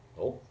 oh